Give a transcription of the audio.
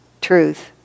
truth